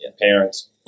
parents